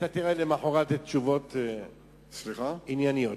תראה למחרת תשובות ענייניות.